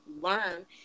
learn